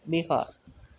Bihar